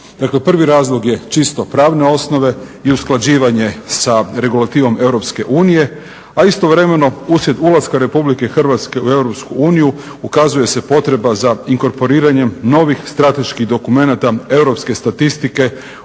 Dakle, prvi razlog je čisto pravne osnove i usklađivanje sa regulativom EU, a istovremeno uslijed ulaska Republike Hrvatske u EU ukazuje se potreba za inkorporiranjem novih strateških dokumenata